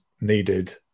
needed